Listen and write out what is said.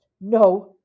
No